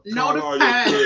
notified